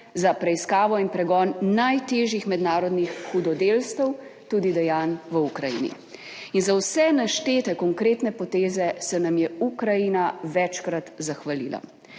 za preiskavo in pregon najtežjih mednarodnih hudodelstev, tudi dejanj v Ukrajini. In za vse naštete konkretne poteze se nam je Ukrajina večkrat zahvalila,